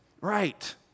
Right